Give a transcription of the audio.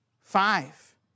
Five